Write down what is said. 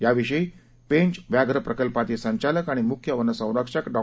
याविषयी पेंच व्याघ्र प्रकल्पाचे संचालक आणि मुख्य वनसंरक्षक डॉ